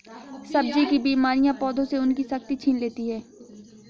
सब्जी की बीमारियां पौधों से उनकी शक्ति छीन लेती हैं